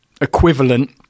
equivalent